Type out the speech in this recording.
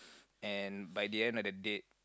and by the end of the date